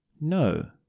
No